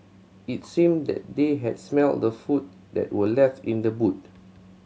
it seemed that they had smelt the food that were left in the boot